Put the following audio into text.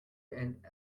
and